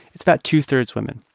it's about two-thirds women.